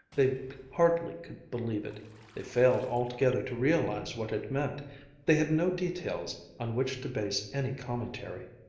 they hardly could believe it they failed altogether to realize what it meant they had no details on which to base any commentary.